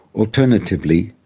alternatively,